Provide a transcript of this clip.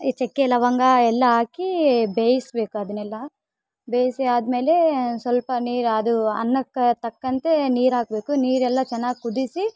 ಈ ಚಕ್ಕೆ ಲವಂಗ ಎಲ್ಲ ಹಾಕಿ ಬೇಯಿಸ್ಬೇಕ್ ಅದನೆಲ್ಲಾ ಬೇಯಿಸಿ ಆದ್ಮೇಲೆ ಸ್ವಲ್ಪ ನೀರು ಅದು ಅನ್ನಕ್ಕೆ ತಕ್ಕಂತೆ ನೀರು ಹಾಕ್ಬೇಕು ನೀರು ಎಲ್ಲ ಚೆನ್ನಾಗ್ ಕುದಿಸಿ